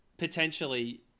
potentially